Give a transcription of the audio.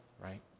right